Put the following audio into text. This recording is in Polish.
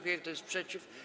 Kto jest przeciw?